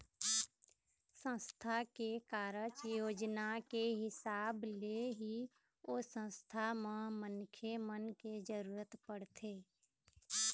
संस्था के कारज योजना के हिसाब ले ही ओ संस्था म मनखे मन के जरुरत पड़थे